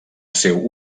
seu